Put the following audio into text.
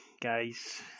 guys